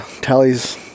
Tally's